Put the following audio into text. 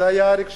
זה היה אריק שרון.